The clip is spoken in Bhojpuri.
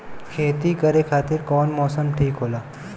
खेती करे खातिर कौन मौसम ठीक होला?